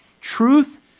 Truth